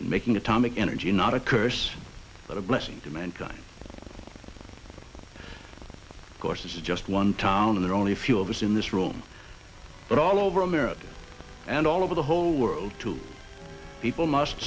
in making atomic energy not a curse but a blessing to mankind of course this is just one town and there are only a few of us in this room but all over america and all over the whole world to people must